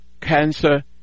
cancer